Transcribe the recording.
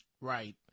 Right